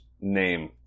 name